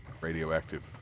Radioactive